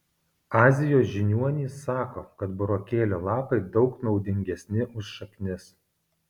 azijos žiniuonys sako kad burokėlio lapai daug naudingesni už šaknis